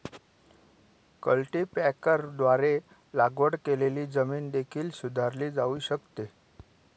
कल्टीपॅकरद्वारे लागवड केलेली जमीन देखील सुधारली जाऊ शकते